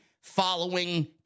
following